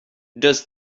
does